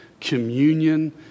communion